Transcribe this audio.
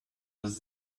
was